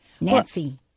Nancy